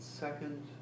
second